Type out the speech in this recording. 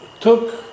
took